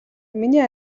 миний